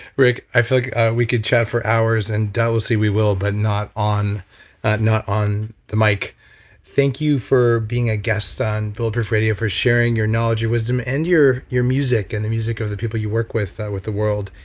rick, i feel like we could chat for hours and obviously we will but not on not on the mic thank you for being a guest on bulletproof radio for sharing, your knowledge, your wisdom and your your music and the music of the people you work with with the world.